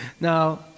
Now